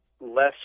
less